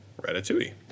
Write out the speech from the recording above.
Ratatouille